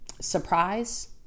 surprise